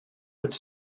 would